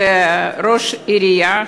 בדרכונים דיפלומטיים ובדרכוני שירות.